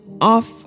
off